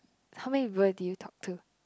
how many people did you talk to